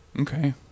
Okay